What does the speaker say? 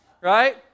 right